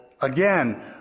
again